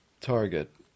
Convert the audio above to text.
target